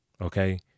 Okay